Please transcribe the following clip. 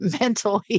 mentally